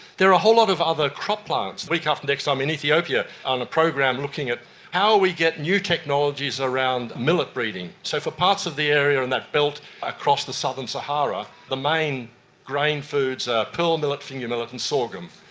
there are a whole lot of other crop plants. the week after next i'm in ethiopia on a program looking at how we get new technologies around millet breeding. so for parts of the area in that belt across the southern sahara, the main grain foods are pearl millet, finger millet and sorghum.